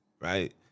right